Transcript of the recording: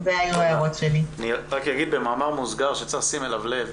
אני רק אגיד במאמר מוסגר שצריך לשים אליו לב,